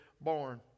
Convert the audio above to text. born